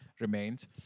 remains